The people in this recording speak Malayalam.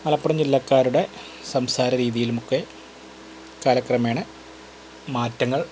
മലപ്പുറം ജില്ലക്കാരുടെ സംസാര രീതീയിലുമൊക്കെ കാലക്രമേണ മാറ്റങ്ങൾ